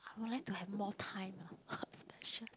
I would like to have more time lah